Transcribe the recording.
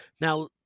Now